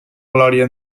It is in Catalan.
glòria